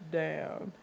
down